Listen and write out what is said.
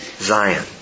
Zion